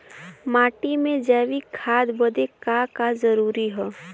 माटी में जैविक खाद बदे का का जरूरी ह?